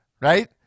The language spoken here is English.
right